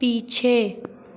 पीछे